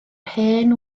hen